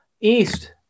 East